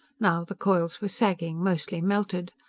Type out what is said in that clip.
now the coils were sagging mostly melted.